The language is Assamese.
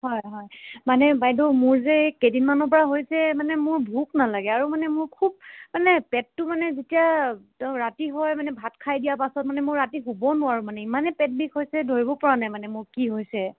হয় হয় মানে বাইদেউ মোৰ যে এই কেইদিনমানৰ পৰা হৈছে মানে মোৰ ভোক নালাগে আৰু মানে মোৰ খুব মানে পেটটো মানে যেতিয়া ৰাতি হয় মানে ভাত খাই দিয়াৰ পাছত মানে মোৰ ৰাতি শুব নোৱাৰো মানে ইমানে পেট বিষ হৈছে ধৰিব পৰা নাই মানে মোৰ কি হৈছে